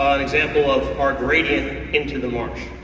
um an example of our gradient into the marsh.